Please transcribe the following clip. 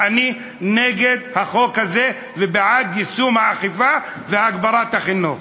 אני נגד החוק הזה ובעד יישום האכיפה והגברת החינוך.